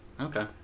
Okay